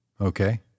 Okay